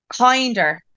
kinder